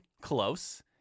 close